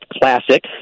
classic